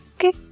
Okay